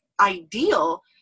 ideal